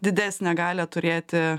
didesnę galią turėti